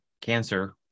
cancer